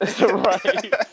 Right